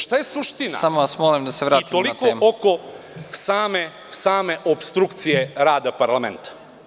Šta je suština? (Predsednik: Samo vas molim da se vratimo na temu.) I toliko oko same opstrukcije rada parlamenta.